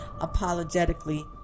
apologetically